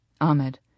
Ahmed